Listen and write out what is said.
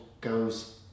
goes